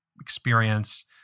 experience